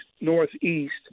northeast